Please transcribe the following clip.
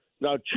Now